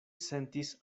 sentis